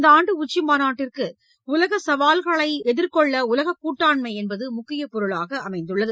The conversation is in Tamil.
இந்த ஆண்டு உச்சிமாநாட்டிற்கு உலக சவால்களை எதிர்கொள்ள உலக கூட்டாண்மை என்பது முக்கிய பொருளாக அமைந்துள்ளது